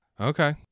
Okay